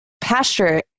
pasture